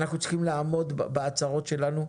אנחנו צריכים לעמוד בהצהרות שלנו.